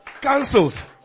cancelled